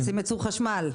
רוצים ייצור חשמל.